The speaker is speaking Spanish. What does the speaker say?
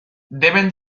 deben